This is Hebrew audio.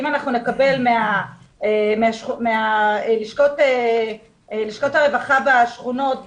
אם אנחנו נקבל מלשכות הרווחה בשכונות,